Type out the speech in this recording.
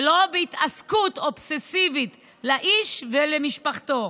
ולא בהתעסקות אובססיבית באיש ובמשפחתו,